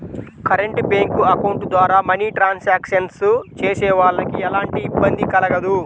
current bank account ద్వారా money transactions చేసేవాళ్ళకి ఎలాంటి ఇబ్బంది కలగదు